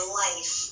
life